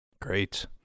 Great